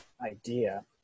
idea